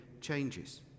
changes